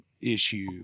issue